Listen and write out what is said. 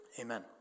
amen